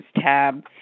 tab